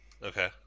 Okay